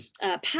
power